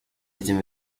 izin